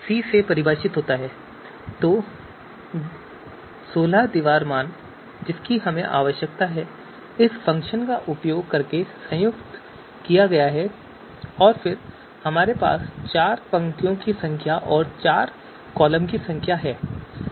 तो दीवार सोलह मान जिनकी हमें आवश्यकता है इस फ़ंक्शन का उपयोग करके संयुक्त किया गया है और फिर हमारे पास चार पंक्तियों की संख्या और चार कॉलम की संख्या है